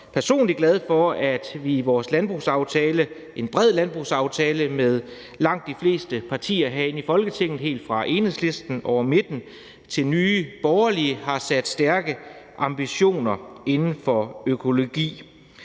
jeg også personligt glad for, at vi i vores landbrugsaftale, en bred landbrugsaftale med langt de fleste partier herinde i Folketinget lige fra Enhedslisten, over midten og til Nye Borgerlige, har sat stærke ambitioner op inden for økologi.